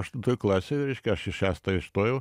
aštuntoj klasėj reiškia aš į šestą įstojau